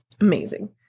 amazing